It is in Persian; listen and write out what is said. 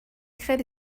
خیلی